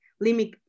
limit